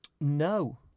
No